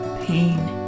pain